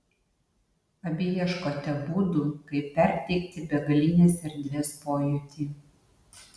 abi ieškote būdų kaip perteikti begalinės erdvės pojūtį